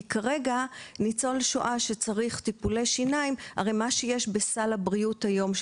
כי כרגע ניצול שואה שצריך טיפולי שיניים --- מה שיש בסל הבריאות היום,